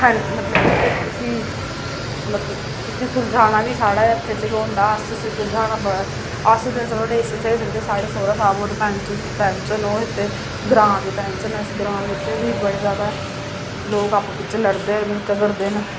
मतलब इसी मतलब इसी सुलझाना बी साढ़े हत्थै च गै होंदा इस सुलझाना बड़ा अस ते चलो नेईं सुलझाई सकदे साढ़े सौह्रा साह्ब पैंच सरपैंच न इसलै ओह् ग्रांऽ दे पैंच न इस ग्रांऽ बिच बी बड़े जादा लोक आपूं बिचें लड़दे झगड़दे न